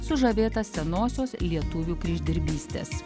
sužavėtas senosios lietuvių kryždirbystės